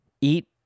eat